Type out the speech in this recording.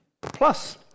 Plus